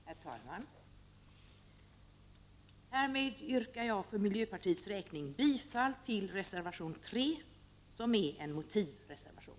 Herr talman! Härmed yrkar jag för miljöpartiets räkning bifall till reservation 3, som är en motivreservation.